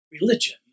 religion